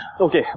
Okay